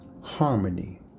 Harmony